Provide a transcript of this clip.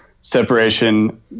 separation